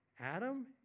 Adam